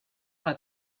had